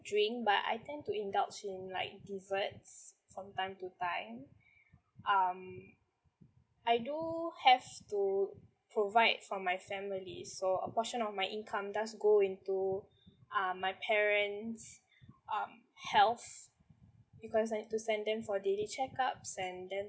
drink but I tend to indulge in like desserts from time to time um I do have to provide for my family so a portion of my income doeS_Go into um my parents um health because I need to send them for daily check ups and then